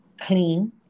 clean